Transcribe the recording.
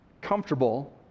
comfortable